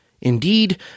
Indeed